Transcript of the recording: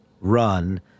run